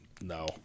no